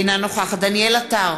אינה נוכחת דניאל עטר,